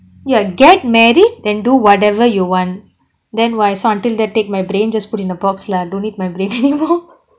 ya get married than do whatever you want then why so until they take my brain just put in a box lah don't need my brain anymore